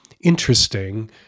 interesting